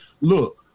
Look